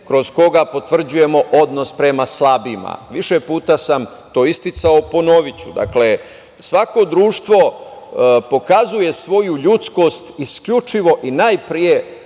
kroz koji potvrđujemo odnos prema slabijima. Više puta sam to isticao i ponoviću. Dakle, svako društvo pokazuje svoju ljudskog isključivo i najpre